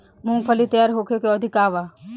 मूँगफली तैयार होखे के अवधि का वा?